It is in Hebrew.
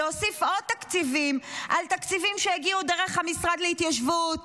להוסיף עוד תקציבים על תקציבים שהגיעו דרך המשרד להתיישבות